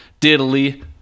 diddly